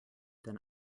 than